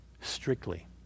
strictly